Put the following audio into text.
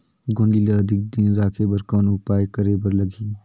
गोंदली ल अधिक दिन राखे बर कौन उपाय करे बर लगही?